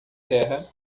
terra